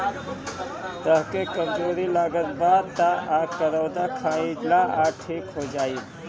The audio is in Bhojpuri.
तहके कमज़ोरी लागत बा तअ करौदा खाइ लअ ठीक हो जइब